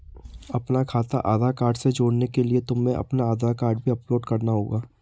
अपना खाता आधार कार्ड से जोड़ने के लिए तुम्हें अपना आधार कार्ड भी अपलोड करना होगा